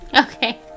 Okay